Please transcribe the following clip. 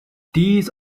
these